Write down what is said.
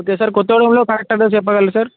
okay sir కొత్త వాలా పాత వాలా చెప్పగల సార్